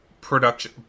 production